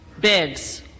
Biggs